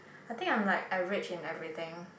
I think I'm like average in everything